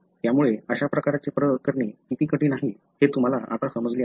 त्यामुळे अशा प्रकारचे प्रयोग करणे किती कठीण आहे हे तुम्हाला आता समजले आहे